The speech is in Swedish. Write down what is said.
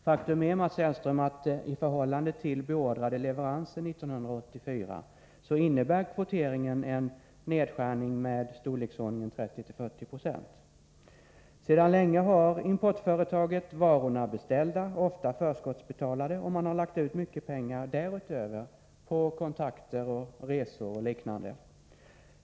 Faktum är, Mats Hellström, att i förhållande till beordrade leveranser 1984 innebär kvoteringen en nedskärning i storleksordningen 30-40 96. Sedan länge har importföretaget varorna beställda, ofta förskottsbetalade. Och man har lagt ut mycket pengar därutöver på kontakter, resor och liknande.